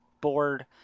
board